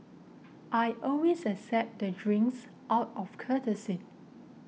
I always accept the drinks out of courtesy